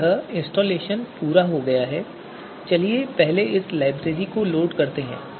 अब यह इंस्टालेशन पूरा हो गया है तो चलिए पहले इस लाइब्रेरी को लोड करते हैं